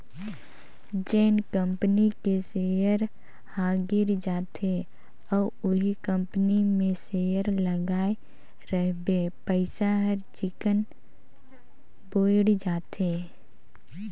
जेन कंपनी के सेयर ह गिर जाथे अउ उहीं कंपनी मे सेयर लगाय रहिबे पइसा हर चिक्कन बुइड़ जाथे